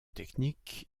technique